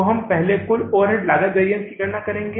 तो हम पहले कुल ओवरहेड लागत वैरिअन्स की गणना करेंगे